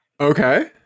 Okay